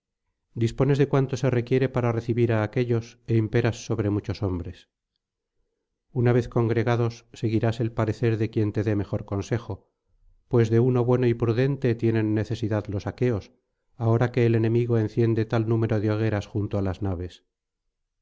dispones de cuanto se requiere para recibir á aquéllos é imperas sobre muchos hombres una vez congregados seguirás el parecer de quien te dé mejor consejo pues de uno bueno y prudente tienen necesidad los aqueos ahora que el enemigo enciende tal número de hogueras junto alas naves